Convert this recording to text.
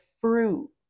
fruit